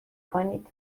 کنید